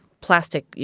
plastic